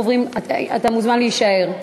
אתה מוזמן להישאר.